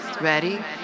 Ready